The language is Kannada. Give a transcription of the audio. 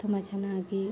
ತುಂಬ ಚೆನ್ನಾಗಿ